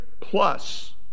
plus